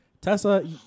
Tessa